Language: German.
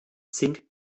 zink